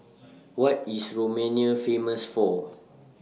What IS Romania Famous For